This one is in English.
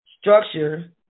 structure